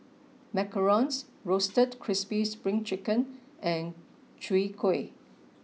macarons roasted crispy spring chicken and Chwee Kueh